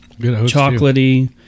chocolatey